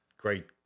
great